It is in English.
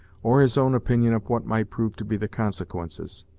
or his own opinion of what might prove to be the consequences.